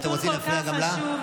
אתם רוצים להפריע גם לה?